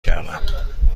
کردم